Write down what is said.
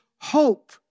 hope